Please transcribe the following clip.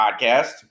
Podcast